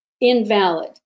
invalid